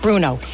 Bruno